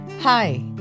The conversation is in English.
Hi